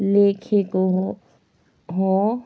लेखेको हो